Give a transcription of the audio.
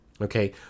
Okay